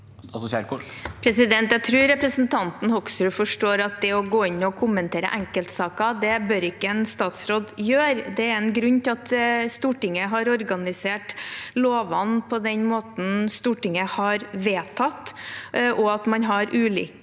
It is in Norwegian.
Jeg tror repre- sentanten Hoksrud forstår at det å gå inn og kommentere enkeltsaker bør ikke en statsråd gjøre. Det er en grunn til at Stortinget har organisert lovene på den måten Stortinget har vedtatt, og at man har ulike